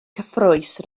cyffrous